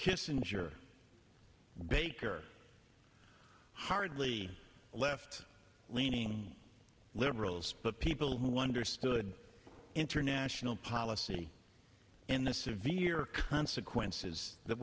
kissinger baker hardly left leaning liberals but people who understood international policy in the severe consequences that